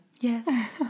Yes